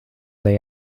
they